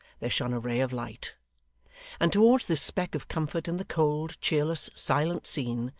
there shone a ray of light and towards this speck of comfort in the cold, cheerless, silent scene,